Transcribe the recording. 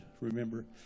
remember